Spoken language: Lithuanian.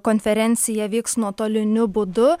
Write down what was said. konferencija vyks nuotoliniu būdu